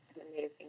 amazing